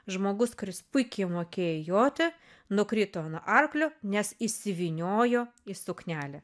žmogus kuris puikiai mokėjo joti nukrito nuo arklio nes įsivyniojo į suknelę